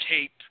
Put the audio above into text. tape